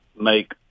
make